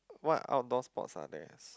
what outdoor sports are there's